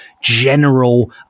general